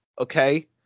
Okay